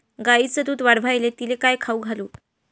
गायीचं दुध वाढवायले तिले काय खाऊ घालू?